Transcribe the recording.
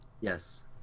yes